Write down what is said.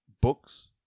books